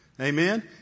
Amen